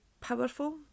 powerful